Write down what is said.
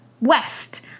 west